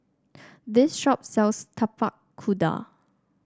this shop sells Tapak Kuda